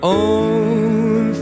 own